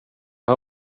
hör